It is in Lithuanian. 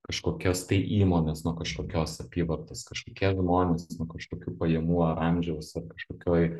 kažkokios tai įmonės nuo kažkokios apyvartos kažkokie žmonės kažkokių pajamų ar amžiaus ar kažkokioj